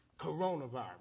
coronavirus